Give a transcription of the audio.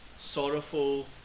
sorrowful